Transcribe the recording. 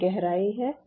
यह गहराई है